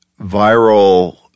viral